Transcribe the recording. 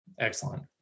excellent